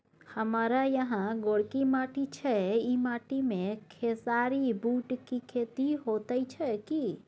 हमारा यहाँ गोरकी माटी छै ई माटी में खेसारी, बूट के खेती हौते की?